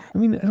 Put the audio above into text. i mean i